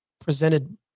presented